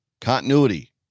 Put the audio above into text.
continuity